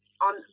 on